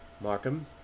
Markham